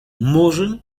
murzyn